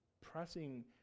pressing